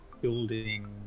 building